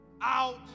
out